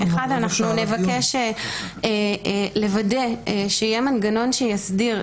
אנחנו נבקש לוודא שיהיה מנגנון שיסדיר,